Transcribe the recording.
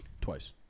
Twice